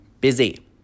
busy